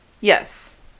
Yes